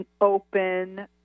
open